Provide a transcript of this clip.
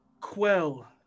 quell